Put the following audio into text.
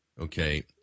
okay